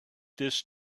this